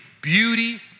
beauty